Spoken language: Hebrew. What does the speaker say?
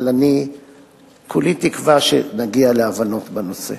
אבל אני כולי תקווה שנגיע להבנות בנושא.